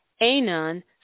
Anon